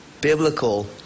biblical